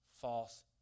false